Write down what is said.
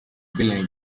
billion